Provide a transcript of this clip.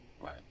Right